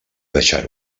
deixar